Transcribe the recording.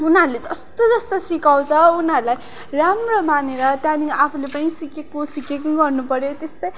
उनीहरूले जस्तो जस्तो सिकाउँछ उनीहरूलाई राम्रो मानेर त्यहाँदेखि आफूले पनि सिकेको सिकेकै गर्नुपऱ्यो त्यस्तै